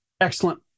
excellent